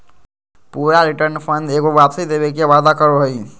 पूरा return fund एगो वापसी देवे के वादा करो हइ